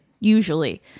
usually